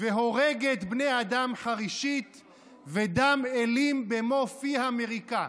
והורגת בני אדם חרישית / ודם אילים במו פיה מריקה".